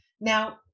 Now